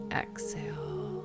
exhale